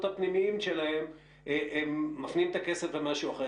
הפנימיים שלהם מפנים את הכסף למשהו אחר.